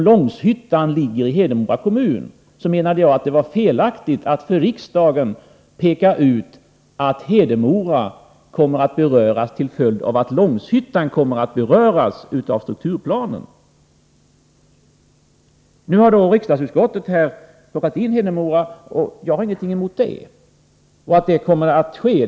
Långshyttan ligger i Hedemora kommun, och jag menade att det var felaktigt att till riksdagen peka ut Hedemora till följd av att Långshyttan kommer att beröras av strukturplanen. Riksdagsutskottet har nu plockat in Hedemora i detta sammanhang. Jag har ingenting emot att det kommer att ske.